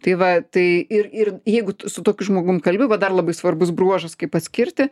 tai va tai ir ir jeigu tu su tokiu žmogum kalbi va dar labai svarbus bruožas kaip atskirti